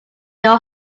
your